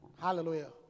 Hallelujah